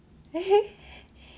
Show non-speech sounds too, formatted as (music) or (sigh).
(laughs)